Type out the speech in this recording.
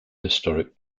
historic